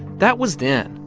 that was then.